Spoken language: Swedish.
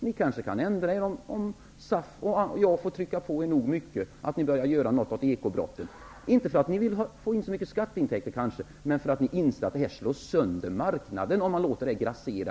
Ni kanske kan ändra er om SAF och jag får utöva påtryckning nog mycket, så att ni börjar göra något åt ekobrotten. Ni kanske inte ändrar er därför att ni vill få in så mycket skatteintäkter, utan därför att ni inser att den ekonomiska brottsligheten slår sönder marknaden om man låter den grassera.